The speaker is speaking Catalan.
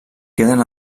queden